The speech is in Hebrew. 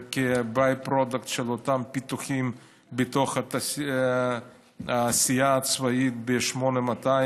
כ-by product של אותם פיתוחים בתוך העשייה הצבאית ב-8200,